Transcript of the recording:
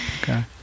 Okay